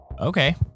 Okay